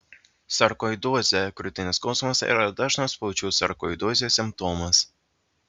sarkoidozė krūtinės skausmas yra dažnas plaučių sarkoidozės simptomas